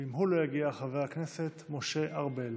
ואם הוא לא יגיע, חבר הכנסת משה ארבל.